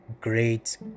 great